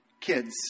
Kids